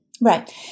Right